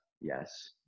Yes